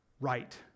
right